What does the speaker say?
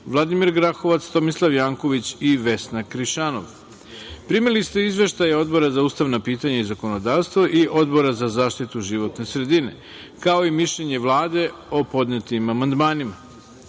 Vladimir Grahovac, Tomislav Janković i Vesna Krišanov. Primili ste izveštaje Odbora za ustavna pitanja i zakonodavstvo i Odbora za zaštitu životne sredine, kao i mišljenje Vlade o podnetim amandmanima. Pošto